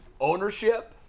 ownership